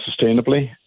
sustainably